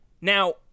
Now